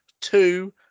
two